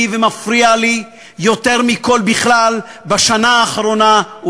ומפריע לי יותר מכול בכלל בשנה האחרונה,